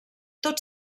tot